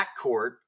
backcourt